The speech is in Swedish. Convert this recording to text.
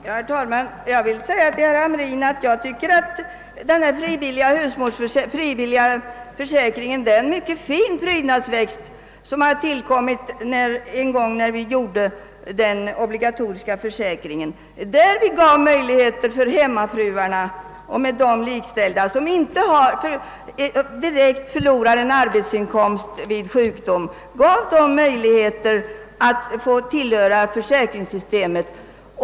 Herr talman! Jag vill säga till herr Hamrin att jag tycker att den frivilliga sjukförsäkringen är en mycket fin prydnadsväxt, som tillkom när vi en gång i tiden höjde den obligatoriska försäkringen. Därvid gav vi möjligheter till hemmafruarna och med dessa likställda, som vid sjukdom inte direkt går miste om en arbetsinkomst, att ansluta sig till försäkringssystemet.